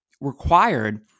required